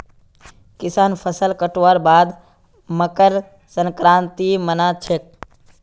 किसान फसल कटवार बाद मकर संक्रांति मना छेक